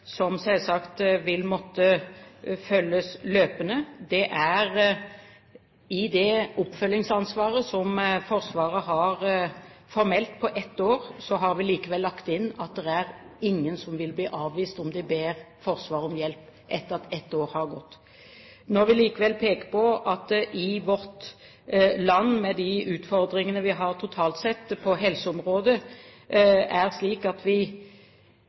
som selvsagt vil måtte følges løpende. I det oppfølgingsansvaret som Forsvaret har formelt på ett år, har vi likevel lagt inn at det ikke er noen som vil bli avvist om de ber Forsvaret om hjelp etter at ett år har gått. Når det i vårt land – med de utfordringene vi totalt sett har på helseområdet – er slik at vi